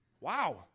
wow